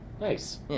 Nice